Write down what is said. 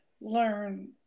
learn